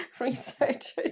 researchers